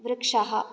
वृक्षः